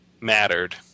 mattered